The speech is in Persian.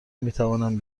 میتوانند